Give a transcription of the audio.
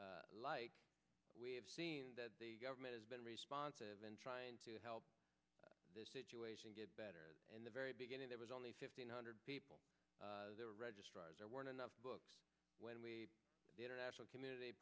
like we have seen that the government has been responsive in trying to help this situation get better in the very beginning there was only fifteen hundred people there registrars there weren't enough books when we the international community